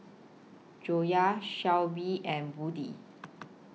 Joyah Shoaib and Budi